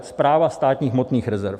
Správa státních hmotných rezerv.